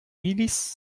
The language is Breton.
iliz